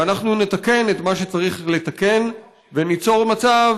ואנחנו נתקן את מה שצריך לתקן, וניצור מצב